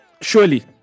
surely